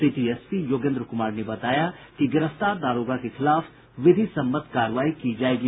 city SP Yogendra Kumar ने बताया कि गिरफ्तार दारोगा के खिलाफ विधि सम्मत कार्रवाई की जायेगी